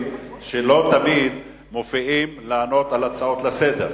היא שלא תמיד הם מופיעים לענות על הצעות לסדר-היום,